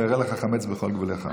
לא ייראה לך חמץ בכל גבולך.